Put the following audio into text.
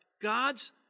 God's